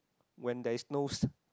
when there is no